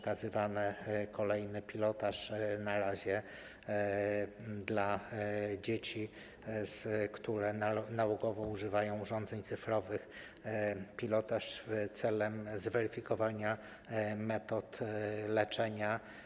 Kolejny pilotaż, na razie dla dzieci, które nałogowo używają urządzeń cyfrowych, pilotaż celem zweryfikowania metod leczenia.